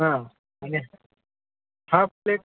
हा आणि half plate